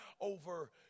over